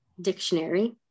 Dictionary